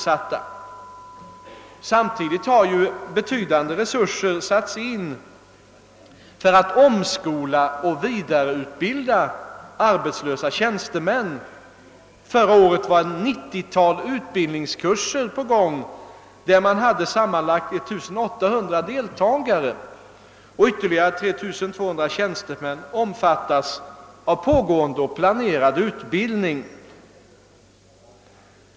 Samtidigt har betydande resurser satts in för att omskola och vidareutbilda arbetslösa tjänstemän. Förra året anordnades ett 90-tal utbildningskurser i vilka sammanlagt 1800 personer deltog. Ytterligare 3 200 tjänstemän omfattas av pågående eller planerad utbildning.